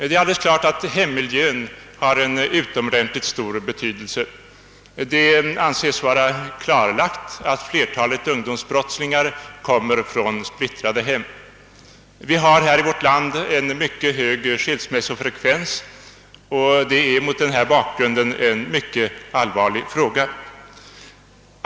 Det är alldeles klart att hemmiljön har en utomordentligt stor betydelse. Det anses vara klarlagt att flertalet ungdomsbrottslingar kommer från splittrade hem. Vi har här i vårt land en mycket hög skilsmässo frekvens, och det är mot denna bakgrund en mycket allvarlig fråga.